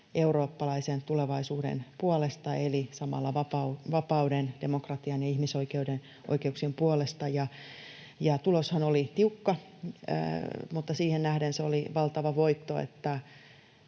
eurooppalaisen tulevaisuuden puolesta eli samalla vapauden, demokratian ja ihmisoikeuksien puolesta. Tuloshan oli tiukka, mutta siihen nähden valtava voitto,